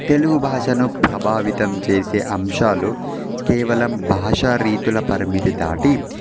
తెలుగు భాషను ప్రభావితం చేసే అంశాలు కేవలం భాషా రీతుల పరిమితి దాటి